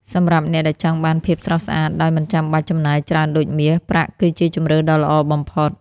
សម្រាប់អ្នកដែលចង់បានភាពស្រស់ស្អាតដោយមិនចាំបាច់ចំណាយច្រើនដូចមាស ប្រាក់គឺជាជម្រើសដ៏ល្អបំផុត។